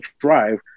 drive